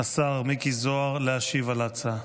השר מיקי זוהר להשיב על ההצעה.